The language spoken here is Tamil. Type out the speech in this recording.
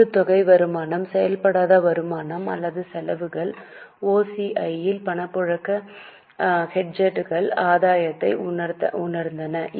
ஈவுத்தொகை வருமானம் செயல்படாத வருமானம் அல்லது செலவுகள் OCI இல் பணப்புழக்க ஹெட்ஜ்களில் ஆதாயத்தை உணர்ந்தன